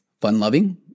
Fun-loving